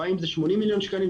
או האם זה 80 מיליון שקלים,